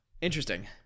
Interesting